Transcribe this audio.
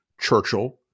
Churchill